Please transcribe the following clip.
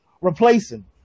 replacing